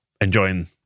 enjoying